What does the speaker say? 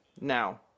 Now